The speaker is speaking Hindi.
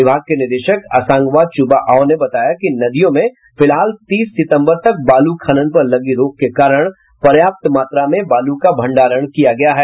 विभाग के निदेशक असांगवा चूबा आओ ने बताया कि नदियों में फिलहाल तीस सितम्बर तक बालू खनन पर लगी रोक के कारण पर्याप्त मात्रा में बालू का भंडारण किया गया है